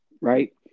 right